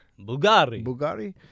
Bulgari